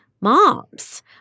moms